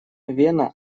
вена